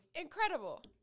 incredible